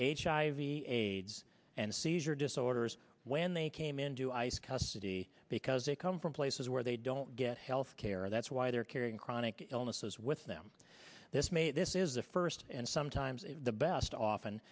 v aids and seizure disorders when they came into ice custody because they come from places where they don't get health care that's why they're carrying chronic illnesses with them this may this is the first and sometimes the best often